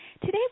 Today